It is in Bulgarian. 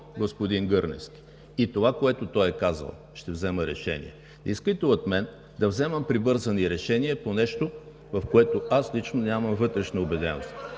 господин Гърневски и това, което той е казал, ще взема решение. Искате от мен да вземам прибързани решения по нещо, в което аз лично нямам вътрешна убеденост.